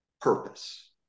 purpose